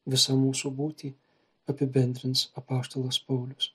visą mūsų būtį apibendrins apaštalas paulius